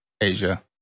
Asia